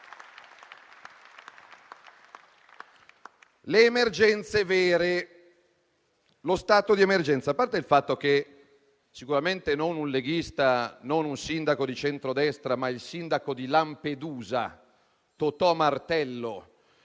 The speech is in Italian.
le emergenze vere, a parte il fatto che, sicuramente non un leghista, non un sindaco di centrodestra, ma il sindaco di Lampedusa, Totò Martello,